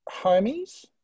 homies